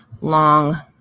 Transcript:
long